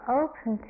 open